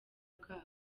bwabo